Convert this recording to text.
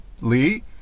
lee